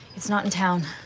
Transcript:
it's not in town.